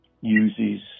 uses